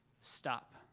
stop